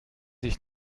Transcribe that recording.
ich